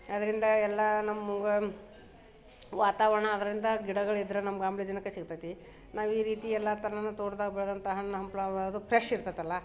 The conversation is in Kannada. ಆದ್ರಿಂದ ಎಲ್ಲ ನಮಗ ವಾತಾವರಣ ಆದ್ರಿಂದ ಗಿಡಗಳಿದ್ದರೆ ನಮ್ಗೆ ಆಮ್ಲಜನಕ ಸಿಗ್ತೈತಿ ನಾವು ಈ ರೀತಿ ಎಲ್ಲ ಥರವೂ ತೋಟ್ದಾಗ ಬೆಳೆದಂಥ ಹಣ್ಣು ಹಂಪ್ಲು ವ ಅದು ಫ್ರೆಶ್ ಇರ್ತೈತಲ್ಲ